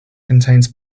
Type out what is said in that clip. contains